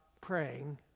praying